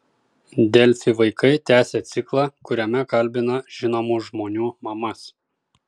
delfi vaikai tęsia ciklą kuriame kalbina žinomų žmonių mamas